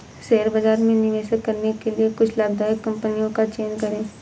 share बाजार में निवेश करने के लिए कुछ लाभदायक कंपनियों का चयन करें